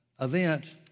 event